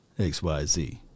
XYZ